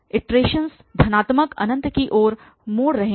iterations घनात्मक अनंत की ओर मोड़ रहे हैं